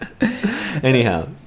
Anyhow